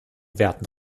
werten